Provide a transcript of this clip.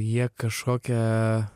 jie kažkokią